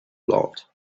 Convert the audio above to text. blood